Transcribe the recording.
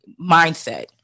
mindset